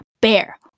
bear